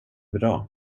bra